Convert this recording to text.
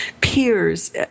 peers